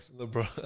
LeBron